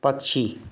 पक्षी